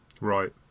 Right